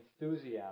enthusiasm